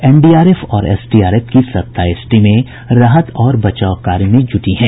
NDRF और SDRF की सत्ताईस टीमें राहत और बचाव कार्य में जुटी हैं